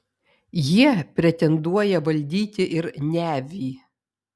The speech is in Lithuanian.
jie pretenduoja valdyti ir nevį